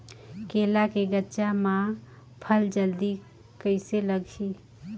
केला के गचा मां फल जल्दी कइसे लगही?